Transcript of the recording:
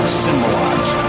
symbolize